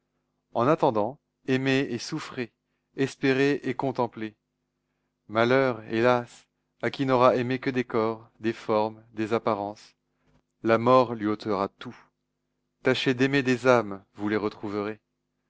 en attendant aimez et souffrez espérez et contemplez malheur hélas à qui n'aura aimé que des corps des formes des apparences la mort lui ôtera tout tâchez d'aimer des âmes vous les retrouverez